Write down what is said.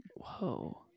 Whoa